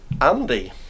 Andy